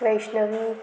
Vaishnavi